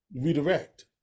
redirect